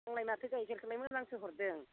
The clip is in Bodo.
आंलाय माथो गाइखेरखोलाय मोजांसो हरदों